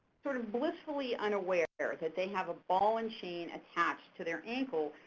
sort of blissfully unaware that they have a ball and chain attached to their ankle,